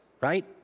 Right